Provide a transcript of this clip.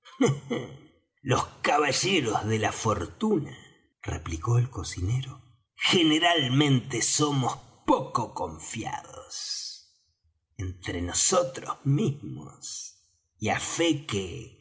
los caballeros de la fortuna replicó el cocinero generalmente somos poco confiados entre nosotros mismos y á fe